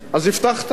אז הבטחת,